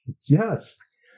Yes